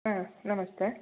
ಹಾಂ ನಮಸ್ತೆ